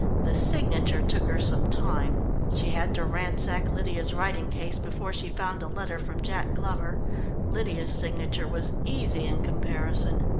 the signature took her some time. she had to ransack lydia's writing case before she found a letter from jack glover lydia's signature was easy in comparison.